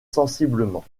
sensiblement